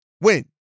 Win